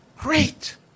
Great